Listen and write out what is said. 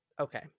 Okay